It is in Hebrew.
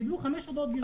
קיבלו חמש הודעות גירעון.